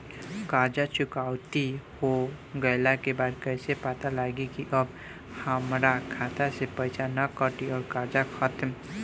कर्जा चुकौती हो गइला के बाद कइसे पता लागी की अब हमरा खाता से पईसा ना कटी और कर्जा खत्म?